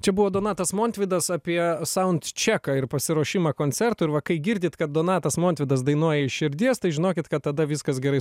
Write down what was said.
čia buvo donatas montvydas apie saundčeką ir pasiruošimą koncertui ir va kai girdit kad donatas montvydas dainuoja iš širdies tai žinokit kad tada viskas gerai